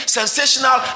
sensational